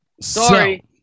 Sorry